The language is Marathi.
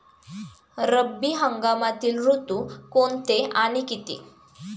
रब्बी हंगामातील ऋतू कोणते आणि किती?